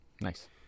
nice